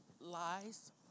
Lies